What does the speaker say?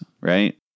right